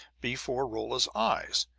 before rolla's eyes.